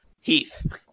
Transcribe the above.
Heath